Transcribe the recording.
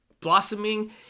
blossoming